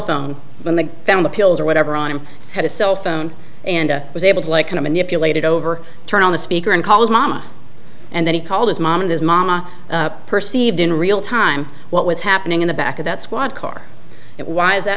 phone when they found the pills or whatever on him had a cell phone and was able to like kind of an if you waited over turn on the speaker and called mom and then he called his mom and his mama perceived in real time what was happening in the back of that squad car why is that